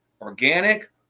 Organic